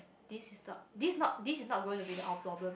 this is not this not this is not gonna be our problem